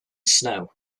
snow